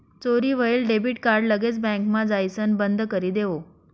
चोरी व्हयेल debit card लगेच बँकमा जाइसण बंदकरी देवो